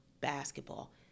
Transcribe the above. basketball